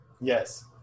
Yes